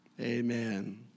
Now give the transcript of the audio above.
Amen